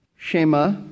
Shema